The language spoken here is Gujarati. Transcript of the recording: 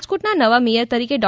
રાજકોટના નવા મેયર તરીકે ડો